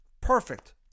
Perfect